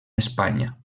espanya